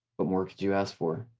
what more could you ask for?